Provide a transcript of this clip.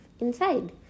inside